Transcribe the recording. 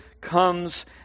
comes